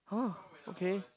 !huh! okay